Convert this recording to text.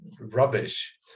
rubbish